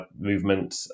movement